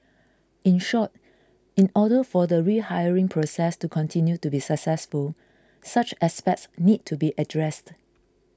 in short in order for the rehiring process to continue to be successful such aspects need to be addressed